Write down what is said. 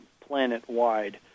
planet-wide